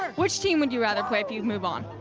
which team would you rather play if you move on?